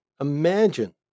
Imagine